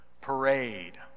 parade